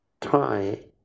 try